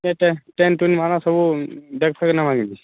tent ଟୁଣ୍ଟି ମାନେ ସବୁ ଡେକ୍ ଫେକ୍ ନେମା କି ନାଇଁ